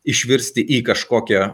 išvirsti į kažkokią